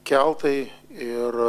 keltai ir